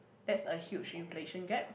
that's a huge inflation gap